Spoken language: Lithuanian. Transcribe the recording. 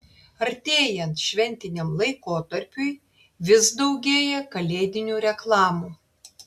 artėjant šventiniam laikotarpiui vis daugėja kalėdinių reklamų